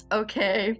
okay